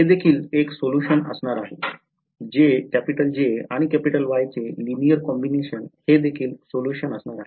ते देखील एक सोल्युशन्स असणार आहेत J आणि Y चे लिनिअर कॉम्बिनेशन हे देखील सोल्युशन्स असणार आहेत